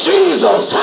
Jesus